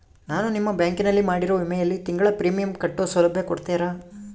ನಾನು ನಿಮ್ಮ ಬ್ಯಾಂಕಿನಲ್ಲಿ ಮಾಡಿರೋ ವಿಮೆಯಲ್ಲಿ ತಿಂಗಳ ಪ್ರೇಮಿಯಂ ಕಟ್ಟೋ ಸೌಲಭ್ಯ ಕೊಡ್ತೇರಾ?